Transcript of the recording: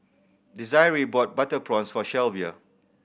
Desiree bought butter prawns for Shelvia